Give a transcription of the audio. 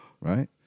right